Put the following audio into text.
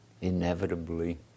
inevitably